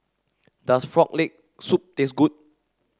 does frog leg soup taste good